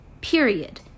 period